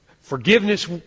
Forgiveness